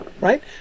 Right